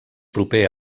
proper